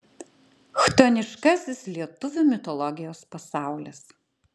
chtoniškasis lietuvių mitologijos pasaulis